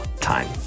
time